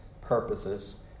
purposes